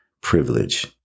privilege